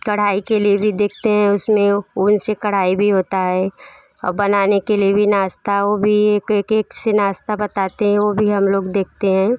कढ़ाई के लिए भी देखते हैं उस में वो उन से कढ़ाई भी होता है और बनाने के लिए भी नाश्ता वो भी एक एक से नाश्ता बताते हैं वो भी है हम लोग देखते हैं